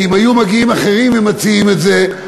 כי אם היו מגיעים אחרים ומציעים את זה,